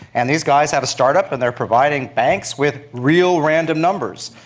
and these guys have a start-up and they are providing banks with real random numbers,